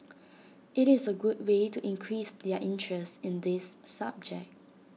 IT is A good way to increase their interest in this subject